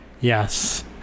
Yes